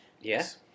Yes